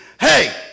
hey